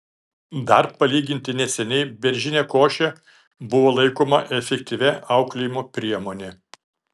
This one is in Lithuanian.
dar palyginti neseniai beržinė košė buvo laikoma efektyvia auklėjimo priemone